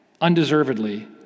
undeservedly